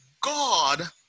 God